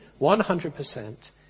100%